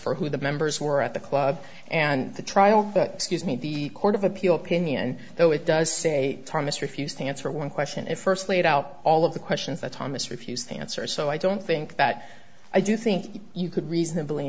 for who the members were at the club and the trial that has made the court of appeal pinion though it does say thomas refused to answer one question at first laid out all of the questions that thomas refused to answer so i don't think that i do think you could reasonably